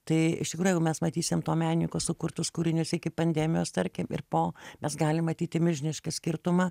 tai iš tikrųjų jeigu mes matysim to menininko sukurtus kūrinius iki pandemijos tarkim ir po mes galim matyti milžinišką skirtumą